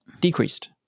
decreased